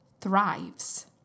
thrives